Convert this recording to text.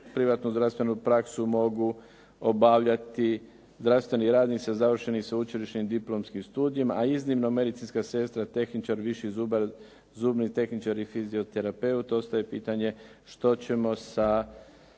privatnu zdravstvenu praksu mogu obavljati zdravstveni radnici sa završenim sveučilišnim diplomskim studijem a iznimno medicinska sestra, tehničar, viši zubar, zubni tehničar i fizioterapeut, ostaje pitanje što ćemo sa